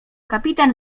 kapitan